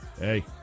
Hey